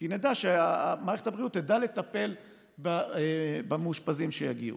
כי נדע, מערכת הבריאות תדע לטפל במאושפזים שיגיעו.